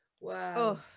Wow